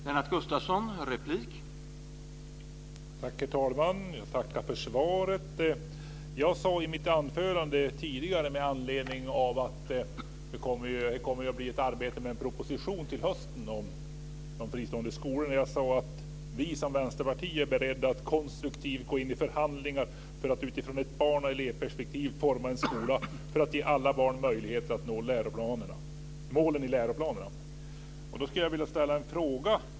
Herr talman! Jag tackar för svaret. Jag sade tidigare i mitt anförande att det kommer att bli ett arbete med en proposition till hösten om de fristående skolorna. Vi i Vänsterpartiet är beredda att konstruktivt gå in i förhandlingar för att utifrån ett barn och elevperspektiv forma en skola för att ge alla barn möjligheter att nå målen i läroplanerna. Jag skulle vilja ställa en fråga.